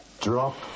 Drop